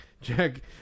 Jack